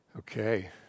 Okay